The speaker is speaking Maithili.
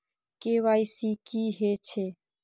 के.वाई.सी की हे छे?